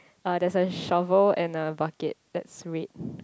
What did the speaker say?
uh there's a shovel and a bucket that's red